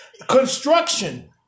Construction